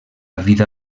vida